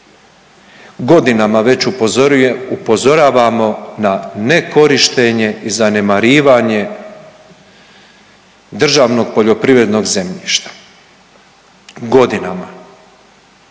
Godinama već upozoravamo na nekorištenje i zanemarivanje državnog poljoprivrednog zemljišta, godinama.